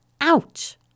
Ouch